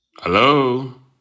Hello